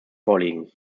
vorliegen